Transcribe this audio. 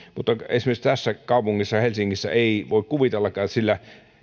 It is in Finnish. mutta esimerkiksi tässä kaupungissa helsingissä ei voi kuvitellakaan sillä